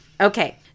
Okay